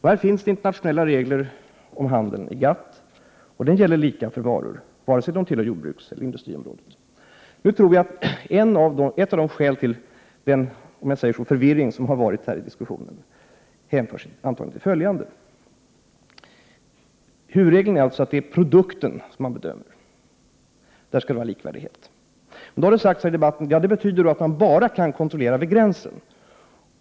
Här finns internationella regler om handeln i GATT. De gäller lika för alla varor, vare sig de tillhör jordbrukseller industriområdet. Ett av skälen till den förvirring som har uppstått i diskussionen hänför sig antagligen till följande. Huvudregeln är att man bedömer produkten. Bedömningen skall vara likvärdig. Men det har sagts i debatten här att det betyder att man bara kan utföra kontroller vid gränsen.